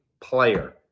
player